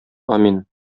амин